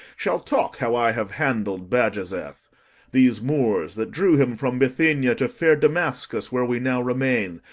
shall talk how i have handled bajazeth these moors, that drew him from bithynia to fair damascus, where we now remain,